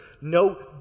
no